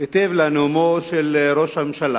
היטב לנאומו של ראש הממשלה,